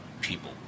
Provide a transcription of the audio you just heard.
people